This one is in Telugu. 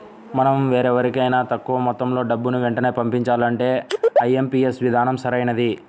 మనం వేరెవరికైనా తక్కువ మొత్తంలో డబ్బుని వెంటనే పంపించాలంటే ఐ.ఎం.పీ.యస్ విధానం సరైనది